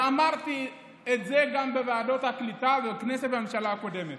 ואמרתי את זה גם בוועדת הקליטה ובכנסת ובממשלה הקודמת.